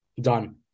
Done